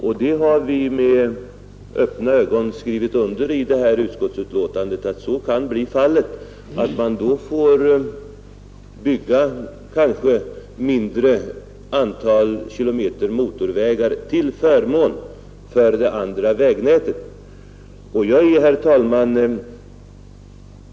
Vi har med öppna ögon skrivit under vad som i betänkandet sägs om att så kan bli fallet, dvs. att det kanske kan bli nödvändigt att bygga ett mindre antal kilometer motorväg till förmån för det i dag lågtrafikerade vägnätet i övrigt.